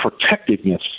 protectiveness